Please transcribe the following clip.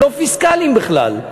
הם לא פיסקליים בכלל,